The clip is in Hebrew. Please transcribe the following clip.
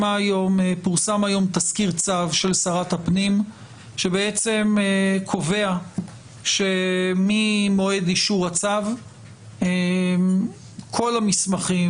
פורסם היום תזכיר צו של שרת הפנים שקובע שממועד אישור הצו כל המסמכים,